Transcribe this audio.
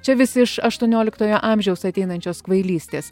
čia vis iš aštuonioliktojo amžiaus ateinančios kvailystės